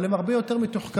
אבל הם הרבה יותר מתוחכמים,